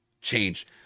change